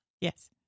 Yes